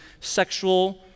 sexual